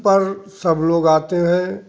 पर सब लोग आते हैं